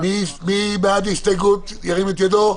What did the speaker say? מי בעד ההסתייגות, ירים את ידו.